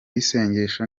isengesho